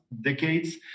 decades